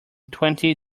twenty